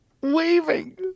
waving